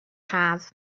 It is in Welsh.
haf